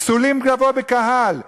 פסולים לבוא בקהל.